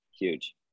Huge